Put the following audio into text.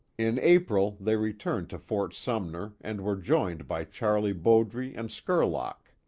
in april, they returned to fort sumner and were joined by charlie bowdre and skurlock.